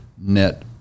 net